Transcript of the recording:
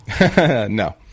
No